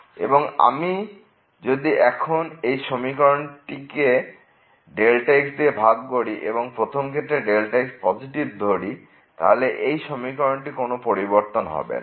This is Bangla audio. এবং আমি যদি এখন এই সমীকরণ টি কে x দিয়ে ভাগ করি এবং প্রথম ক্ষেত্রে x কে পজিটিভ ধরি তাহলে এই সমীকরণটি কোন পরিবর্তন হবে না